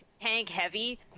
tank-heavy